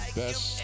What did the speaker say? best